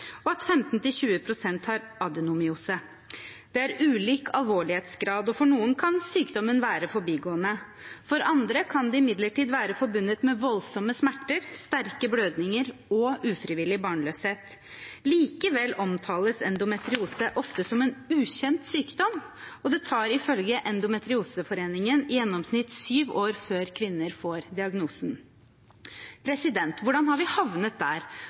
og at 15–20 pst. har adenomyose. Det er ulik alvorlighetsgrad. For noen kan sykdommen være forbigående, for andre kan det imidlertid være forbundet med voldsomme smerter, sterke blødninger og ufrivillig barnløshet. Likevel omtales endometriose ofte som en ukjent sykdom, og det tar ifølge Endometrioseforeningen i gjennomsnitt syv år før kvinner får diagnosen. Hvordan har vi havnet der